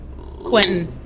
Quentin